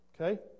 Okay